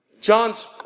John's